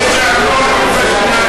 יש המון רופאי שיניים.